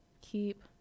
Keep